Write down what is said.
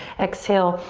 exhale,